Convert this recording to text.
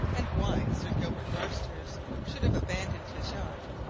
and why sir gilbert carstairs should have abandoned his yacht,